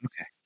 Okay